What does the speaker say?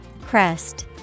crest